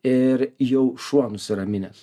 ir jau šuo nusiraminęs